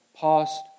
past